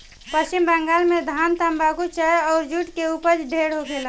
पश्चिम बंगाल में धान, तम्बाकू, चाय अउर जुट के ऊपज ढेरे होखेला